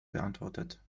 beantwortet